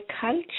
culture